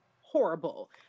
horrible